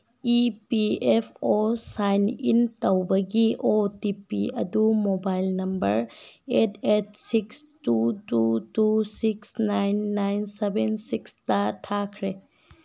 E P F O sign in ꯇꯧꯕꯒꯤ O T P ꯑꯗꯨ mobile number eight eight six two two two six nine nine seven ꯁꯤꯛꯁꯇ ꯊꯥꯈ꯭ꯔꯦ